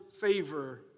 favor